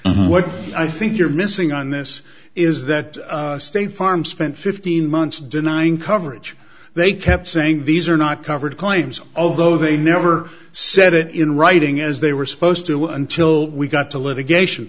point what i think you're missing on this is that state farm spent fifteen months denying coverage they kept saying these are not covered claims although they never said it in writing as they were supposed to until we got to litigation